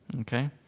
Okay